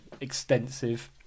extensive